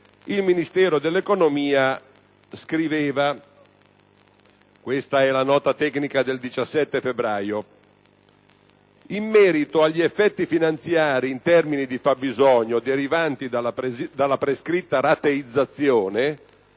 il Ministero dell'economia scriveva (questa è la Nota tecnica del 17 febbraio) che, in merito agli effetti finanziari in termini di fabbisogno derivanti dalla prescritta rateizzazione,